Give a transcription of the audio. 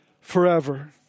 forever